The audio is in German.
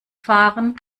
fahren